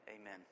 Amen